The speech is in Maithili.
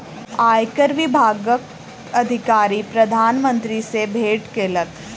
आयकर विभागक अधिकारी प्रधान मंत्री सॅ भेट केलक